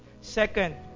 Second